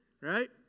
right